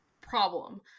problem